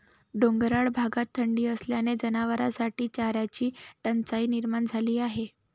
डोंगराळ भागात थंडी असल्याने जनावरांसाठी चाऱ्याची टंचाई निर्माण झाली आहे